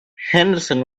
henderson